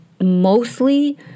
mostly